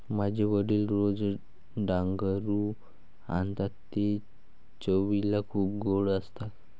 माझे वडील रोज डांगरू आणतात ते चवीला खूप गोड असतात